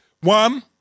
One